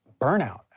burnout